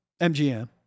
MGM